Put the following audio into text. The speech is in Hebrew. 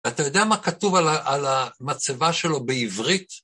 ואתה יודע מה כתוב על המצבה שלו בעברית?